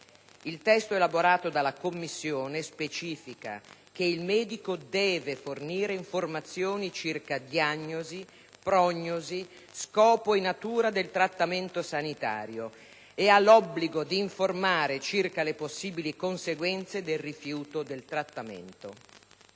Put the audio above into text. Il testo elaborato della Commissione specifica che il medico deve fornire informazioni circa diagnosi, prognosi, scopo e natura del trattamento sanitario e ha l'obbligo di informare circa le possibili conseguenze del rifiuto del trattamento.